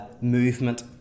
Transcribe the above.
movement